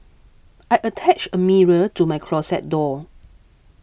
I attached a mirror to my closet door